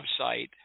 website